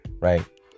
right